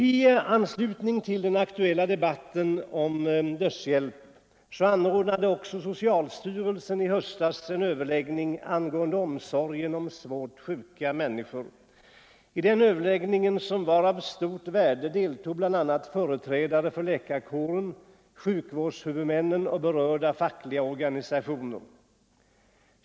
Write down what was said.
I anslutning till den aktuella debatten om dödshjälp anordnade socialstyrelsen i höstas en överläggning angående omsorgen om svårt sjuka människor. I den överläggningen, som var av stort värde, deltog bl.a. företrädare för läkarkåren, sjukvårdshuvudmännen och berörda fackliga organisationer.